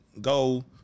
go